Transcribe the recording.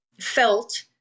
felt